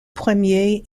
premier